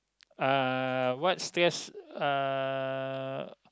uh what stress uh